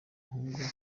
ahubwo